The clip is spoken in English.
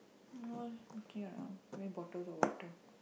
okay lah bring bottles of water